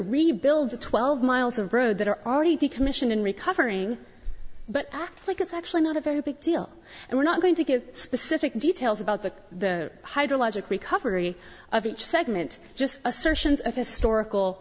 rebuild the twelve miles of road that are already decommissioned in recovering but act like it's actually not a very big deal and we're not going to get specific details about the the hydrologic recovery of each segment just assertions of historical